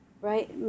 right